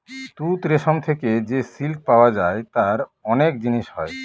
তুত রেশম থেকে যে সিল্ক পাওয়া যায় তার অনেক জিনিস হয়